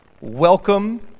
welcome